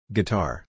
Guitar